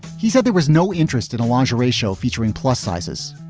he said there was no interest in a larger ratio featuring plus sizes.